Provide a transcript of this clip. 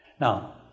Now